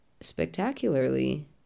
spectacularly